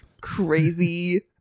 crazy